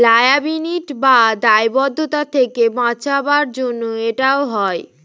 liability বা দায়বদ্ধতা থেকে বাঁচাবার জন্য এটা হয়